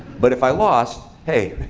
but if i lost, hey,